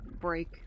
break